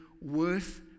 worth